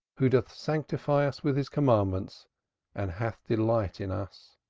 who doth sanctify us with his commandments and hath delight in us.